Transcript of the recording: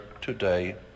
today